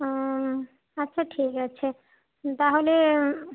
হুম আচ্ছা ঠিক আছে তাহলে